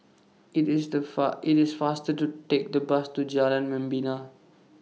IT IS The Far IT IS faster to Take The Bus to Jalan Membina